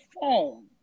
phone